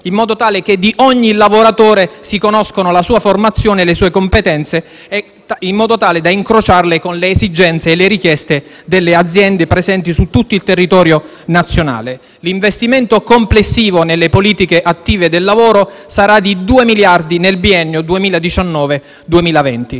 in modo tale che si conoscano formazione e competenze di ogni lavoratore, sì da incrociarle con le esigenze e le richieste delle aziende presenti su tutto il territorio nazionale. L'investimento complessivo nelle politiche attive del lavoro sarà di 2 miliardi nel biennio 2019-2020.